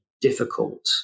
difficult